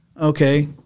Okay